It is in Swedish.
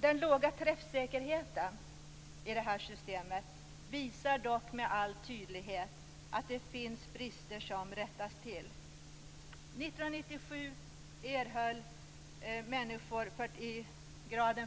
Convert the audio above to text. Den låga träffsäkerheten i det här systemet visar dock med all tydlighet att det finns brister som rättas till. 1997 erhöll